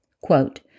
Quote